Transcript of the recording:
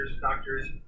doctors